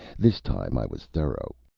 this time i was thorough,